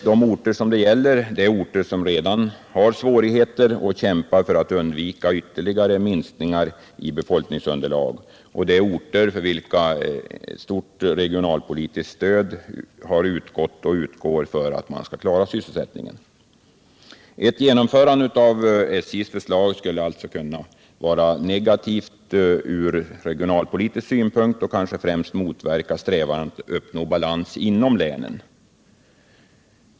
De orter det gäller har redan svårigheter, och de kämpar för att undvika ytterligare minskningar i befolkningsunderlaget. Ett stort regionalpolitiskt stöd har utgått och utgår till dessa orter för att de skall kunna klara sysselsättningen. Ett genomförande av SJ:s förslag skulle alltså bli negativt ur regionalpolitisk synpunkt och skulle kanske främst motverka strävandena att uppnå balans inom länen.